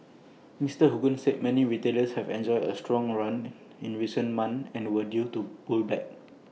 Mister Hogan said many retailers have enjoyed A strong run in recent months and were due to pull back